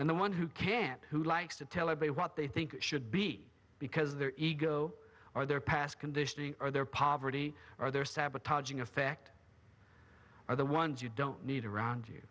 and the one who can't who likes to tell ebay what they think it should be because their ego or their past conditioning or their poverty or their sabotaging effect are the ones you don't need around you